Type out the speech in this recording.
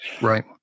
right